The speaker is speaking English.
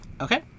Okay